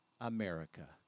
America